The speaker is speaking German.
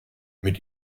mit